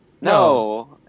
No